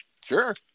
sure